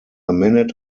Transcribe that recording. minute